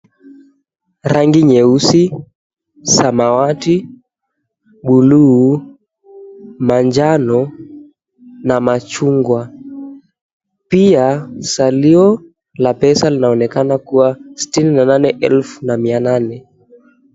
Rangi nyeusi, samawati, buluu, manjano na machungwa pia salio la pesa linaonekana kuwa sitini na nane efu na mia nane.